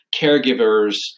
caregivers